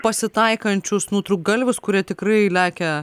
pasitaikančius nutrūktgalvius kurie tikrai lekia